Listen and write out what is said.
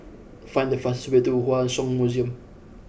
find the fastest way to Hua Song Museum